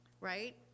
right